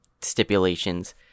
stipulations